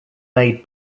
made